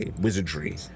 wizardry